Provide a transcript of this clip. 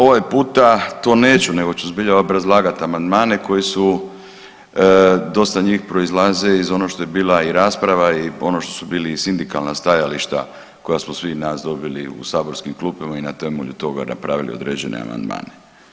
Ovaj puta to neću nego ću zbilja obrazlagati amandmane koji su dosta njih proizlaze iz onog što je bila i rasprava i ono što su bili i sindikalna stajališta koja smo svi nas dobili u saborskim klupama i na temelju toga napravili određene amandmane.